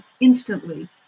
instantly